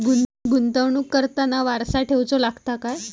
गुंतवणूक करताना वारसा ठेवचो लागता काय?